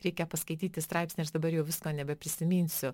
reikia paskaityti straipsnį aš dabar jau visko nebeprisiminsiu